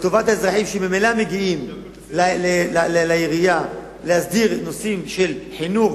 לטובת האזרחים שממילא מגיעים לעירייה להסדיר נושאים של חינוך,